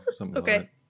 Okay